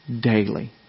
Daily